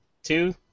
Two